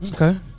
Okay